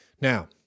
Now